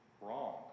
Wrong